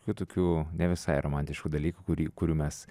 kitokių ne visai romantiškų dalykų kurį kurių mes